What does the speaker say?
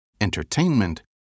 entertainment